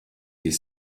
des